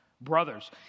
Brothers